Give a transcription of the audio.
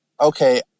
okay